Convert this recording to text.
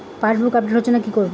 Passbook update হচ্ছেনা কি করবো?